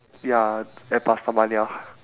ya at pastamania